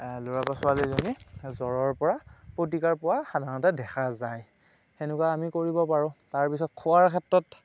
ল'ৰা বা ছোৱালীজনী জ্বৰৰ পৰা প্ৰতিকাৰ পোৱা সাধাৰণতে দেখা যায় সেনেকুৱা আমি কৰিব পাৰোঁ তাৰপিছত খোৱাৰ ক্ষেত্ৰত